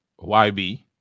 YB